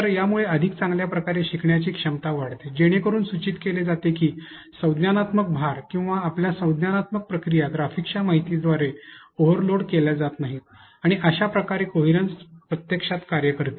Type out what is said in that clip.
तर यामुळे अधिक चांगल्या प्रकारे शिकण्याची क्षमता वाढते जेणेकरून सूचित केले जाते की संज्ञानात्मक भार किंवा आपल्या संज्ञानात्मक प्रक्रिया ग्राफिक्सच्या माहितीद्वारे ओव्हरलोड केल्या जात नाहीत आणि अश्या प्रकारे कोहिरन्स प्रत्यक्षात कार्य करते